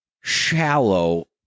shallow